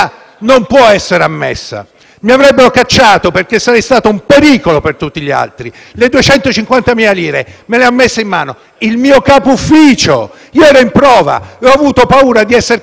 "Mi avrebbero cacciato perché sarei stato un pericolo per tutti gli altri. Le 250.000 lire me le ha messe in mano il mio capoufficio. Io ero in prova, e ho avuto paura di essere cacciato via se non le avessi prese.